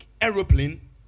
aeroplane